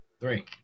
three